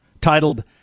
titled